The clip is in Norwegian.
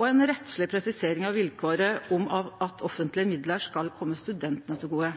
og ei rettsleg presisering av vilkåret om at offentlege midlar skal kome studentane til gode.